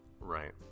Right